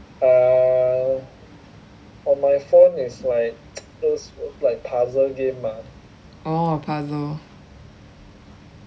orh puzzle